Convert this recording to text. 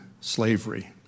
slavery